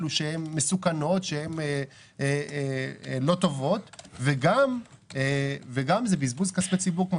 מסוכנות או לא טובות וגם זה בזבוז כספי ציבור.